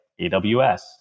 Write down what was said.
AWS